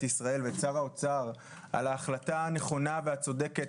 ישראל ואת שר האוצר על ההחלטה הנכונה והצודקת,